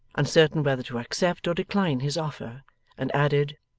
uncertain whether to accept or decline his offer and added,